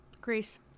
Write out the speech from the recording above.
Greece